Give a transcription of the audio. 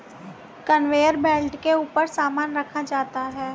conveyor belt के ऊपर सामान रखा जाता है